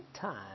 time